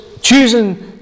choosing